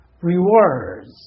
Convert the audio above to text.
rewards